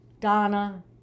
Donna